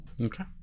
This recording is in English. Okay